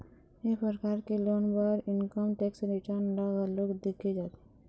ए परकार के लोन बर इनकम टेक्स रिटर्न ल घलोक देखे जाथे